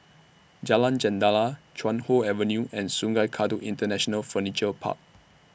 Jalan Jendela Chuan Hoe Avenue and Sungei Kadut International Furniture Park